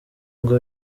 ngo